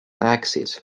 axes